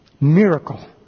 miracle